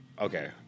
okay